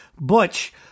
Butch